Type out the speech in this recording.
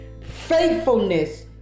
faithfulness